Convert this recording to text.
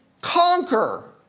conquer